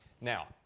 Now